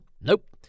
Nope